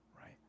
right